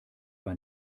war